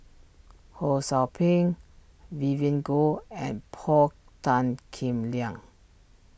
Ho Sou Ping Vivien Goh and Paul Tan Kim Liang